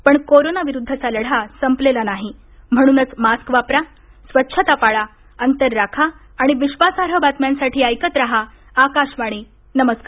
पण कोरोना विरुद्धचा लढा संपलेला नाही म्हणूनच मास्क वापरा स्वच्छता पाळा अंतर राखा आणि विश्वासार्ह बातम्यांसाठी ऐकत राहा आकाशवाणी नमस्कार